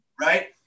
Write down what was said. Right